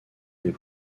des